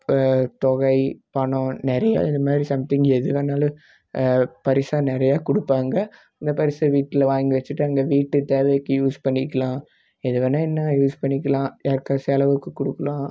தொகை பணம் நிறைய இது மாதிரி சம்திங் எதுவேண்ணாலும் பரிசாக நிறைய கொடுப்பாங்க அந்த பரிசை வீட்டில் வாங்கி வச்சுட்டு அந்த வீட்டு தேவைக்கு யூஸ் பண்ணிக்கலாம் எது வேண்ணா என்ன யூஸ் பண்ணிக்கலாம் யாருக்காவது செலவுக்கு கொடுக்கலாம்